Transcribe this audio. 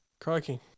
crikey